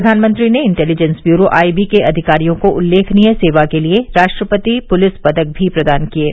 प्रधानमंत्री ने intelligence bureau IB के अधिकारियों को उल्लेखनीय सेवा के लिए राष्ट्रपति पुलिस पदक भी प्रदान किये